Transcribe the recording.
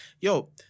Yo